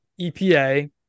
EPA